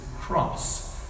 cross